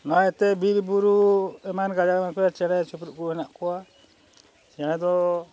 ᱱᱚᱣᱟ ᱤᱭᱟᱹᱛᱮ ᱵᱤᱨᱼᱵᱩᱨᱩ ᱮᱢᱟᱱ ᱜᱟᱡᱟᱲ ᱪᱮᱬᱮ ᱪᱤᱯᱨᱩᱡ ᱠᱚ ᱢᱮᱱᱟᱜ ᱠᱚᱣᱟ ᱪᱮᱬᱮ ᱫᱚ